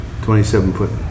27-foot